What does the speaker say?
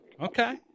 Okay